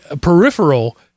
peripheral